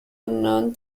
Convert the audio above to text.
unknown